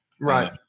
Right